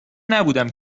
نبودم